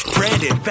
Brandon